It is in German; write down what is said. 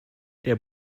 der